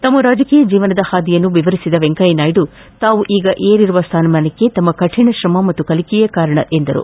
ತಮ್ನ ರಾಜಕೀಯ ಜೀವನದ ಹಾದಿಯನ್ನು ವಿವರಿಸಿದ ವೆಂಕಯ್ನ ನಾಯ್ನ ತಾವು ಈಗ ಏರಿರುವ ಸ್ಥಾನಮಾನಕ್ಕೆ ತಮ್ಮ ಕಠಿಣ ಶ್ರಮ ಮತ್ತು ಕಲಿಕೆಯೇ ಕಾರಣ ಎಂದರು